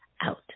out